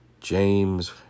James